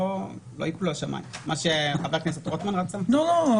כמו שחבר הכנסת רוטמן רצה לא ייפלו השמים.